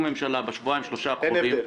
ממשלה בשבועיים-שלושה הקרובים -- אין הבדל.